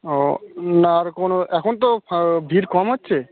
ও না আর কোনো এখন তো ভিড় কম হচ্ছে